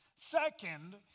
Second